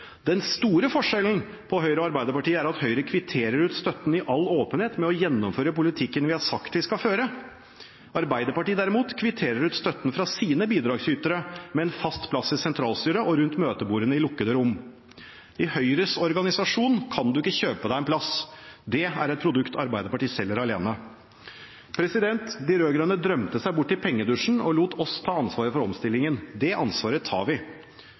Den store forskjellen på Høyre og Arbeiderpartiet er at Høyre kvitterer ut støtten i all åpenhet med å gjennomføre politikken vi har sagt vi skal føre. Arbeiderpartiet derimot kvitterer ut støtten fra sine bidragsytere med en fast plass i sentralstyret og rundt møtebordene i de lukkede rom. I Høyres organisasjon kan man ikke kjøpe seg en plass. Det er et produkt Arbeiderpartiet selger alene. De rød-grønne drømte seg bort i pengedusjen og lot oss ta ansvaret for omstillingen. Det ansvaret tar vi.